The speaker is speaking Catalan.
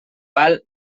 pal